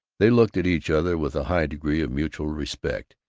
they looked at each other with a high degree of mutual respect,